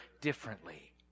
differently